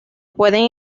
pueden